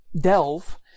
Delve